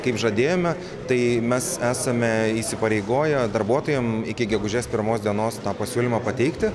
kaip žadėjome tai mes esame įsipareigoję darbuotojam iki gegužės pirmos dienos tą pasiūlymą pateikti